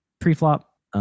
pre-flop